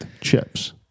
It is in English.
chips